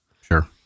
Sure